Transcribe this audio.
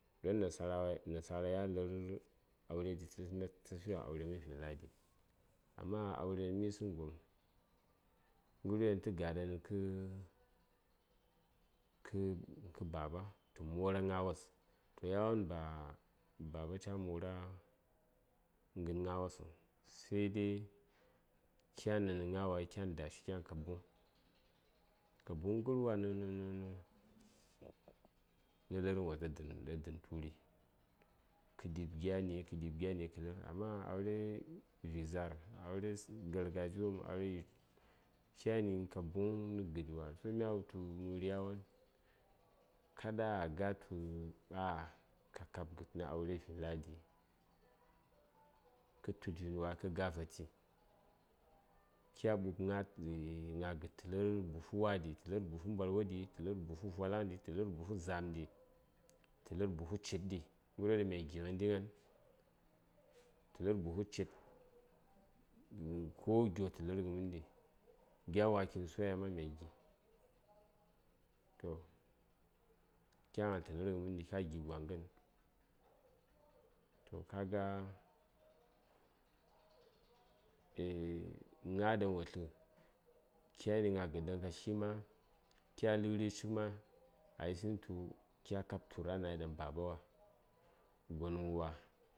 don nasarawa nasara yan lər aure ɗi təsəŋ nad tə fi ghəmən vinladi amma aure ɗaŋ mə yisəŋ gom ghəryo ɗaŋ tə ga ɗan nə kə kə baba tə mora gna wos toh yawon ba baba ca mora ghən gna wosəŋ sai dai kyan ɗan nə gna wai kyan dashi kyan ghən ka buŋ ka buŋ ghərwa nə nə nə nə lərghən wos ɗa dən turi amma aure vik za:r aure gargajiya wopm ai kyani ka buŋ nə gəɗi wa toh mya wultu məri yawon kaɗa a ga tu ah ah ka kab gəd nə aure vinladi kə ytud vi:n wa kə ga vati kya ɓub gna eahhh gna gəd tə lər buhu wa ɗi tə lər buhu mbalwa ɗi tə lər buhu vwalaŋ ɗi tə lər buhu za:m ɗi tə lər buhu cid ɗi gharyo ɗaŋ mya gi ghəndi gna:n tə lər buhu cid uh ko gyo tə lər ghə məndi gya waken soya ma mya gi toh kya gnal tə lərghə məndi ka gi gwa ghən toh ka ga eah gna ɗaŋ wo tlə kyani gna gəd ɗaŋ ka tli ma kya ləri cik ma a yisəŋ tu kya kab tu:r a nayi ɗan baba wa gonghən wa